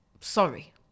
sorry